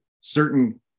certain